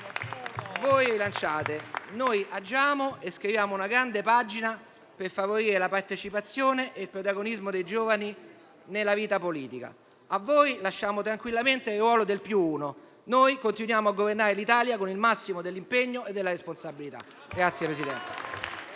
Voi rilanciate, noi agiamo e scriviamo una grande pagina per favorire la partecipazione e il protagonismo dei giovani nella vita politica. A voi lasciamo tranquillamente il ruolo del più uno. Noi continuiamo a governare l'Italia con il massimo dell'impegno e della responsabilità.